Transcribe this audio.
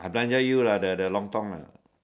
I belanja you lah the the the lontong lah